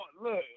look